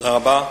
תודה רבה.